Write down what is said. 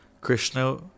Krishna